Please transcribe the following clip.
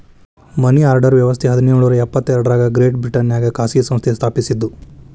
ಮನಿ order ವ್ಯವಸ್ಥ ಹದಿನೇಳು ನೂರ ಎಪ್ಪತ್ ಎರಡರಾಗ ಗ್ರೇಟ್ ಬ್ರಿಟನ್ನ್ಯಾಗ ಖಾಸಗಿ ಸಂಸ್ಥೆ ಸ್ಥಾಪಸಿದ್ದು